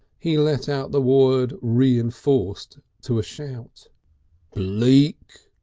he let out the word reinforced to a shout bleak!